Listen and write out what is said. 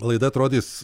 laida atrodys